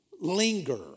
linger